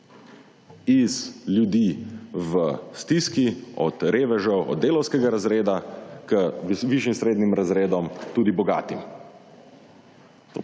iz ljudi v stiski od revežev, od delavskega razreda k višjim, srednjim razredom, tudi bogatim.